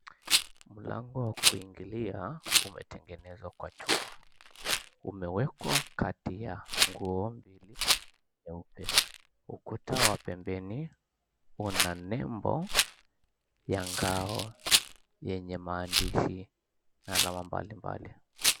Mlango wa kuingilia umetengenezwa kwa chuma, umewekwa kati ya nguzo mbili nyeupe. Ukuta wa pembeni una nembo ya ngao yenye maandishi na alama mbalimbali.